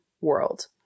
world